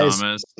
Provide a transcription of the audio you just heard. Thomas